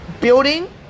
building